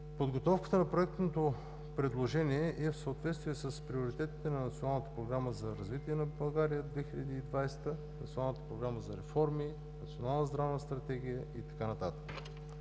Подготовката на проектното предложение е в съответствие с приоритетите на Националната програма за развитие на „България 2020“, Националната програма за реформи, Национална здравна стратегия и така